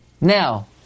Now